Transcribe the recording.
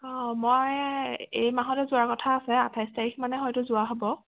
অ' মই এই মাহতে যোৱাৰ কথা আছে আঠাইছ তাৰিখ মানে হয়তো যোৱা হ'ব